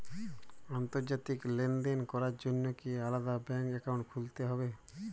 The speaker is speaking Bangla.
আন্তর্জাতিক লেনদেন করার জন্য কি আলাদা ব্যাংক অ্যাকাউন্ট খুলতে হবে?